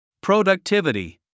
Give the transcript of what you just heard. Productivity